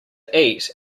eat